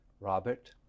Robert